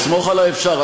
לסמוך עלי אפשר,